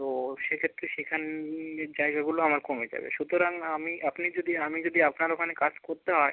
তো সেক্ষেত্রে সেখানের জায়গাগুলো আমার কমে যাবে সুতরাং আমি আপনি যদি আমি যদি আপনার ওখানে কাজ করতে হয়